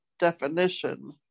definition